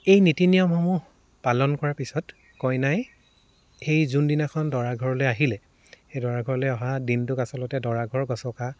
এই নীতি নিয়মসমূহ পালন কৰাৰ পিছত কইনাই সেই যোনদিনাখন দৰা ঘৰলে আহিলে সেই দৰা ঘৰলে অহা দিনটোক আচলতে দৰা ঘৰ গচকা